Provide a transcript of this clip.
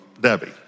Debbie